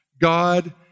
God